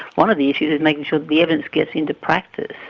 one of the issues is making sure that the evidence gets into practice.